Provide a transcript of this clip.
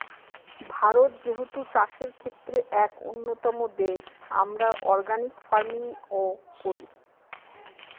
ভারত যেহেতু চাষের ক্ষেত্রে এক উন্নতম দেশ, আমরা অর্গানিক ফার্মিং ও করি